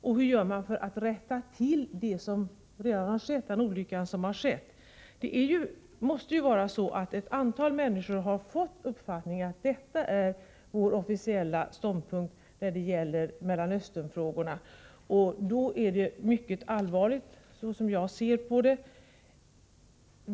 Vad gör man för det andra för att rätta till den olycka som skett? Ett antal människor måste ha fått uppfattningen att detta är vår officiella ståndpunkt när det gäller Mellanösternfrågorna. Då är det mycket allvarligt, som jag ser på det.